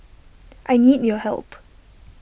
I need your help